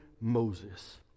Moses